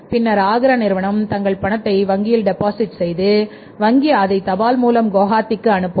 பின்னர் ஆக்ரா நிறுவனம் தங்கள் பணத்தை வங்கியில் டெபாசிட் செய்து வங்கி அதை தபால் மூலம் குவஹாத்திக்கு அனுப்பும்